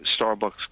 Starbucks